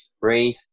breathe